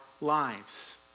lives